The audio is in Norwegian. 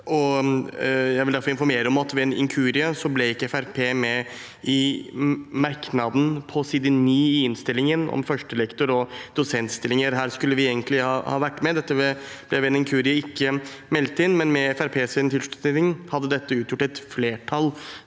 om at Fremskrittspartiet ved en inkurie ikke ble med i merknaden på side 9 i innstillingen, om førstelektor- og dosentstillinger. Her skulle vi egentlig ha vært med. Dette ble ved en inkurie ikke meldt inn, men med Fremskrittspartiets tilslutning hadde dette utgjort et flertall.